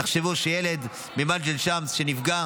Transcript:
תחשבו שילד ממג'דל שמס שנפגע